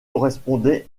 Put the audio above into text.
correspondait